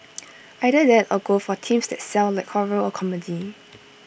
either that or go for themes that sell like horror or comedy